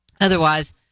Otherwise